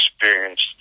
experienced